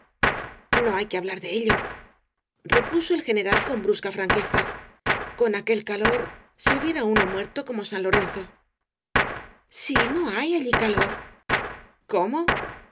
no hay que hablar de ello repuso el general con brusca franqueza con aquel calor se hubiera uno muerto como san lorenzo si no hay allí calor cómo